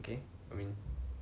okay I mean